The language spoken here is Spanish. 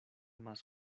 más